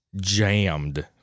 jammed